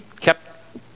kept